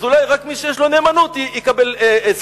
אז אולי רק מי שיש לו נאמנות יקבל זכויות.